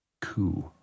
coup